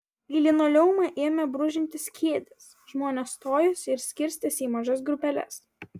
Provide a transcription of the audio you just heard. į linoleumą ėmė brūžintis kėdės žmonės stojosi ir skirstėsi į mažas grupeles